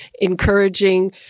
encouraging